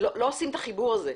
עושים את החיבור הזה,